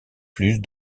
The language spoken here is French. plus